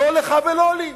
לא לך ולא לי.